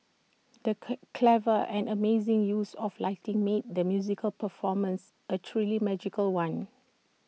the clever and amazing use of lighting made the musical performance A truly magical one